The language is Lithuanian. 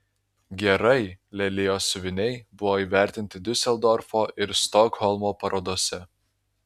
gerai lelijos siuviniai buvo įvertinti diuseldorfo ir stokholmo parodose